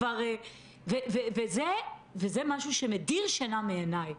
זה משהו שמדיר שינה מעיניי.